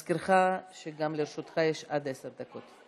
להזכירך, גם לרשותך עד עשר דקות.